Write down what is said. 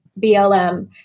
BLM